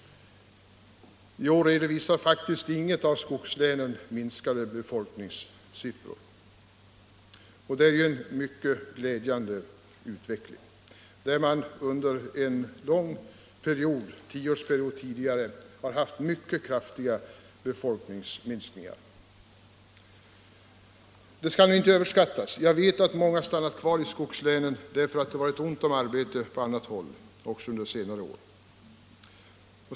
I år redovisar faktiskt inget av skogslänen minskade befolkningssiffror. Det är en mycket glädjande utveckling, eftersom vi under en lång period haft mycket kraftiga befolkningsminskningar. Resultatet skall nu inte överskattas. Jag vet att många stannar i Skogslänen därför att det har varit ont om arbete på annat håll under dessa senaste år.